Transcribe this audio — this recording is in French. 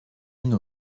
une